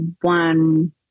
one